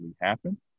happen